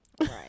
Right